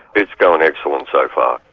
it's going excellent so far.